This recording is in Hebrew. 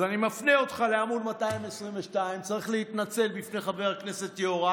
אז אני מפנה אותך לעמ' 222. צריך להתנצל בפני חבר הכנסת יוראי,